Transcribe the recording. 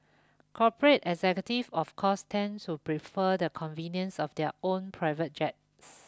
corporate executive of course tend so prefer the convenience of their own private jets